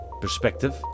perspective